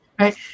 Right